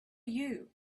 you